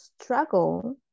struggle